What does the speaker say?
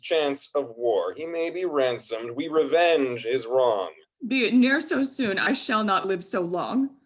chance of war he may be ransomed, we revenge his wrong. be it ne'er so soon, i shall not live so long.